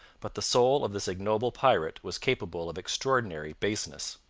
but the soul of this ignoble pirate was capable of extraordinary baseness.